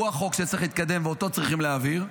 החוק שצריך לקדם ואותו צריכים להעביר.